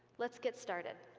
let's get started.